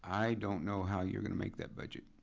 i don't know how you're gonna make that budget.